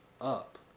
up